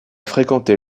fréquenté